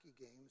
games